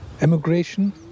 emigration